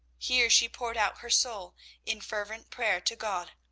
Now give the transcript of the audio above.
here she poured out her soul in fervent prayer to god.